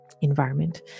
environment